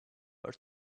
were